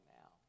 now